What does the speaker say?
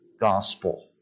gospel